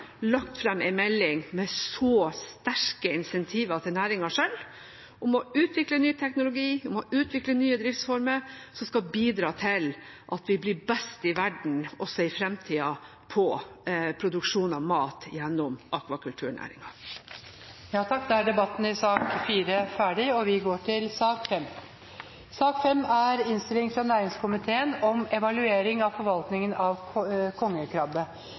lagt fram en melding med så sterke incentiver til næringen selv om å utvikle ny teknologi og om å utvikle nye driftsformer som skal bidra til at vi blir best i verden også i fremtiden på produksjon av mat gjennom akvakulturnæringen. Flere har ikke bedt om ordet til sak nr. 4. Etter ønske fra næringskomiteen vil presidenten foreslå at taletiden blir begrenset til 5 minutter til hver partigruppe og 5 minutter til medlem av